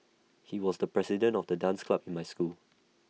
he was the president of the dance club in my school